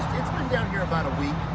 been down here about a week.